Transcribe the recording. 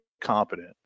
competent